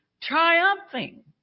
triumphing